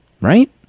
Right